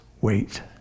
wait